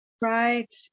Right